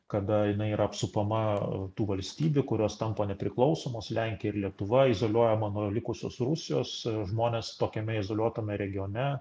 kada jinai yra apsupama tų valstybių kurios tampa nepriklausomos lenkija ir lietuva izoliuojama nuo likusios rusijos žmonės tokiame izoliuotame regione